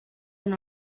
and